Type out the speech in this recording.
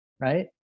right